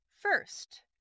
First